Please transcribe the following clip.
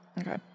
Okay